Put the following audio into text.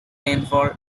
rainfall